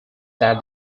that